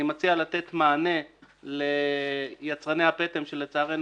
אני מציע לתת מענה ליצרני הפטם שלצערנו